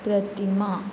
प्रतिमा